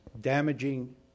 damaging